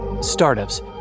Startups